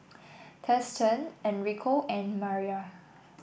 Thurston Enrico and Mara